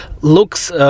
looks